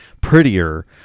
prettier